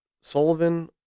Sullivan